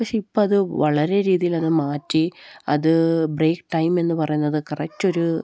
പക്ഷേ ഇപ്പോള് അത് വളരെ രീതിയിൽ അത് മാറ്റി അത് ബ്രേക്ക് ടൈം എന്നുപറയുന്നത് കറക്റ്റൊരു